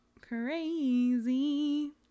crazy